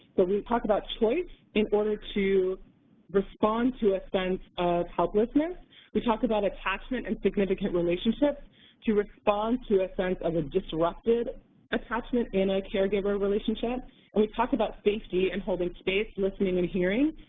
but we talk about choice in order to respond to a sense of helplessness we talk about attachment and significant relationships to respond to a sense of a disrupted attachment in a caregiver relationship and we talk about safety and holding space, listening and hearing,